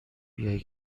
بیای